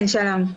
שלום.